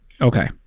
Okay